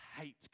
hate